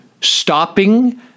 stopping